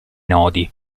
nodi